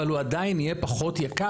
אבל הוא עדיין יהיה פחות יקר,